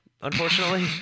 unfortunately